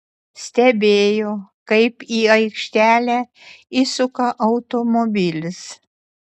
stebėjo kaip į aikštelę įsuka automobilis